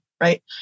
right